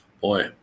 Boy